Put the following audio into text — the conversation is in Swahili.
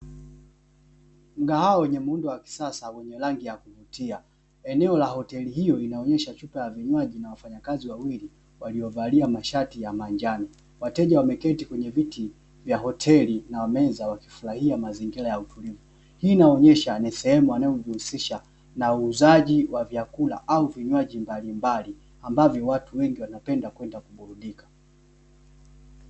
Mgahawa wenye muundo wa kisasa wenye rangi ya kuvutia, eneo la hoteli hio inaonyesha chupa za vinywaji na wafanyakazi wawili waliyovalia mashati ya manjano, wateja wameketi kwenye viti vya hoteli na meza wakifurahia mazingira ya utulivu. Hii inaonyesha ni sehemu inayojihusisha na uuzaji wa vyakula au vinywaji mbalimbali ambavyo watu wengi wanapenda kwenda kuburudika.